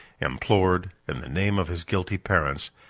implored, in the name of his guilty parents,